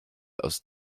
aus